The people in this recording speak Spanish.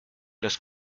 los